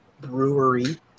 Brewery